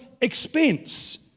expense